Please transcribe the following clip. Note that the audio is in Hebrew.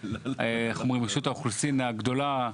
רשות האוכלוסין הגדולה.